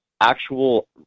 actual